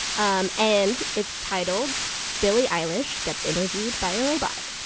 um and it's titled billie eilish gets interviewed by a robot.